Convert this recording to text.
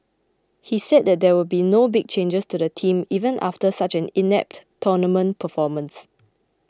he said that there will be no big changes to the team even after such an inept tournament performance